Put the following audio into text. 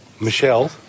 Michelle